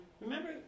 Remember